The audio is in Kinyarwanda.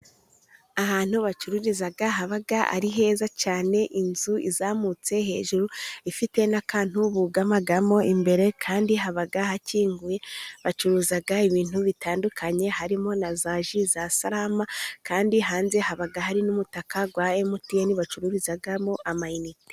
Ahantu bacururiza haba ari heza cyane. Inzu izamutse hejuru ifite n'akantu bugamamo, imbere kandi haba hakinguye, bacuruza ibintu bitandukanye, harimo na za ji za salama, kandi hanze haba hari n'ubutaka bwa MTN bacururizamo amayinite.